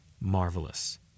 marvelous